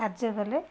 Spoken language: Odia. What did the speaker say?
କାର୍ଯ୍ୟ କଲେ